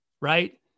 right